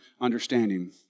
understanding